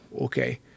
okay